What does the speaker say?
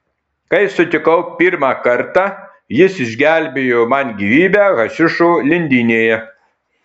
kai sutikau pirmą kartą jis išgelbėjo man gyvybę hašišo lindynėje